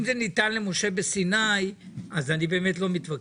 אם זה ניתן למשה בסיני אז אני באמת לא מתווכח,